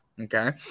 Okay